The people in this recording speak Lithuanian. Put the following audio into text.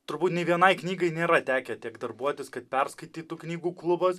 turbūt nei vienai knygai nėra tekę tiek darbuotis kad perskaitytų knygų klubas